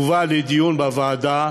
הובא לדיון בוועדה.